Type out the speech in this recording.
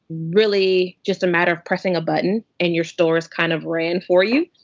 really just a matter of pressing a button and your store is kind of ran for you.